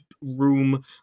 room